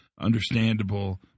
understandable